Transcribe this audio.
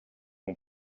les